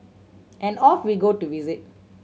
and off we go to visit